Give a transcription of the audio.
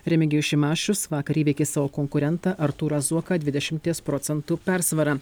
remigijus šimašius vakar įveikė savo konkurentą artūrą zuoką dvidešimties procentų persvara